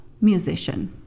musician